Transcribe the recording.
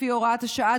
לפי הוראת השעה,